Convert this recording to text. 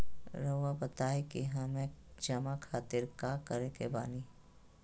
रहुआ बताइं कि हमें जमा खातिर का करे के बानी?